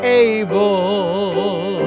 able